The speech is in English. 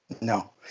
No